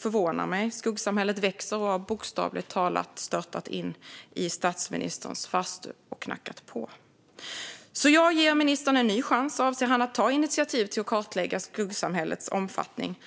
förvånar mig. Skuggsamhället växer och har bokstavligt talat störtat in i statsministerns farstu och knackat på. Jag ger ministern en ny chans: Avser han att ta initiativ till att kartlägga skuggsamhällets omfattning?